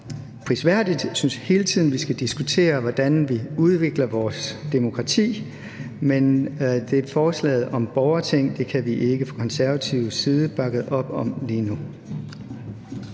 prisværdigt. Vi synes hele tiden, man skal diskutere, hvordan vi udvikler vores demokrati, men forslaget om et borgerting kan vi fra konservativ side ikke bakke op om lige nu.